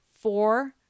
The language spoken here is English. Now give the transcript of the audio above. four